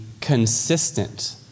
consistent